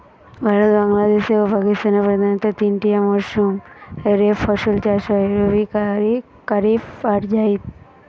ভারতে, বাংলাদেশে ও পাকিস্তানে প্রধানতঃ তিনটিয়া মরসুম রে ফসল চাষ হয় রবি, কারিফ আর জাইদ